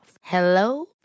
Hello